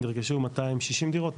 נרכשו 260 דירות,